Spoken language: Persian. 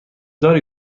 داری